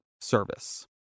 service